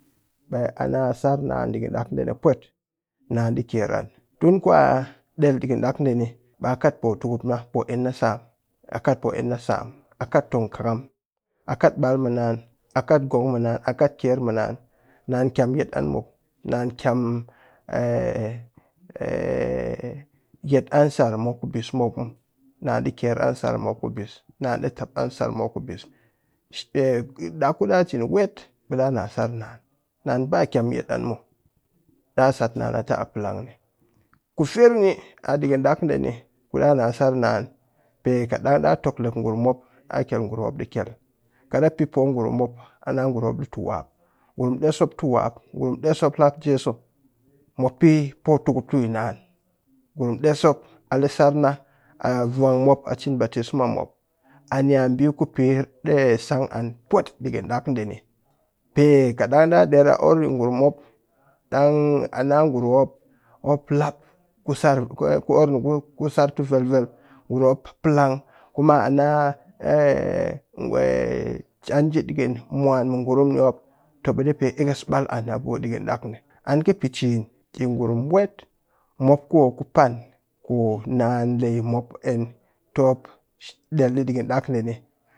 Ɓe a na a sar naan ɗikɨn ɗaakɗe ni pwet naan ɗii kyer'an tun kwa ɗel ɗikɨn ɗaakɗeeni ɓaa kat pootukupna sam akat pooenna sam akat tong kɨkam kat ɓal mɨ naan akat ngong mɨ naan akat kyer mɨ naan. Naan kyam yet an muw naan kyam yet an sar mop kubis muw, naan ɗii kyer an sar mop kubis naan ɗii tap an sar mop kubis ɓe ɗaa na sar naan, naan ba kyam yet an muw ɗaa sat naa atɨ a palngni. Ku firr ni aɗikɨ ɗaakɗeni ku ɗaa na sar naan pe kuɗang ɗaa toklek ngurum mop ɗaa kyel ngurum mop ɗii kyel kat ɗaa pe poo ngurum mop ana ngurum mop ɗii tiwap, ngurum ɗes mop tuwa ngurum ɗes mop lap jeso mop pee pootukup to yi naan ngurum ɗes mop ale sar na a vwang mop a cin baptisma mop ani'a ɓii ku pesang pwet ɗikɨn ɗaakɗeni pe kat ɗang ɗaa ɗer a orr ngurum mop ɗang ana ngurum mop, mop lap ku sar ku orr ku sar vel vel ngurum mop palang kuma ana kwe canji ɗikɨn mwan mɨ ngurum ni mop too ɓe ɗii pe ekes ɓal ann abu ɗikɨn ɗaakɗe ni ann kɨpe ciin yi ngurum wet mop kumop ku paan ku naanle yi mop kɨ enn tɨ mop ɗel ɗii ɗikɨn ɗaakdeni